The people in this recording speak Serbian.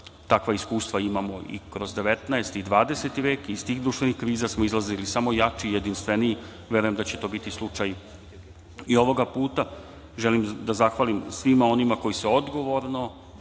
takva iskustva imamo i kroz 19. i 20. vek, iz tih društvenih kriza smo izlazili samo jači, jedinstveniji, verujem da će to biti slučaj i ovog puta. Želim da zahvalim svima onima koji se odgovorno